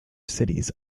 cities